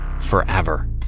forever